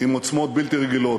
עם עוצמות בלתי רגילות,